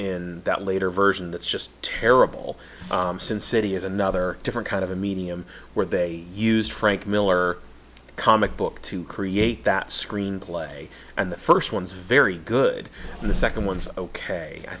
in that later version that's just terrible sin city is another different kind of a medium where they used frank miller comic book to create that screenplay and the first one is very good and the second one is ok